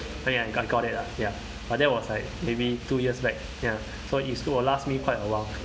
ya I got I got it lah ya but that was like maybe two years back ya so it still will last me quite a while